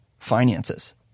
Finances